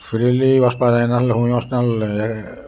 freely वसपा जायनासलें हूं वचनासले हे